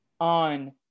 on